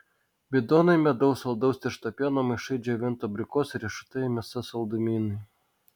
bidonai medaus saldaus tiršto pieno maišai džiovintų abrikosų riešutai mėsa saldumynai